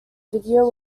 video